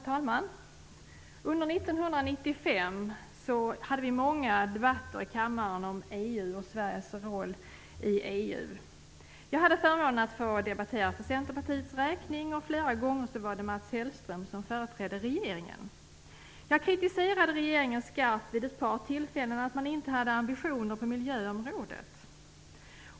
Herr talman! Under 1995 hade vi många debatter i kammaren om EU och Sveriges roll i EU. Jag hade förmånen att få debattera för Centerpartiets räkning. Flera gånger var det Mats Hellström som företrädde regeringen. Jag kritiserade regeringen skarpt vid ett par tillfällen för att den inte hade ambitioner på miljöområdet.